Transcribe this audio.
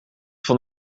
van